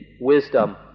wisdom